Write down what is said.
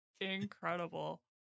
incredible